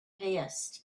passed